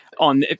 on